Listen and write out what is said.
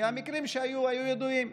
כי המקרים שהיו היו ידועים,